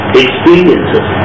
experiences